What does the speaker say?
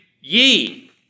ye